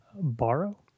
borrow